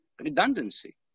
redundancy